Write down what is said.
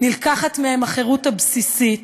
נלקחת מהן החירות הבסיסית,